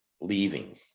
leaving